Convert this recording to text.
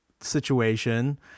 situation